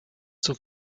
zur